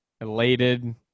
elated